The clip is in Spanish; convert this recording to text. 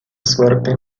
suerte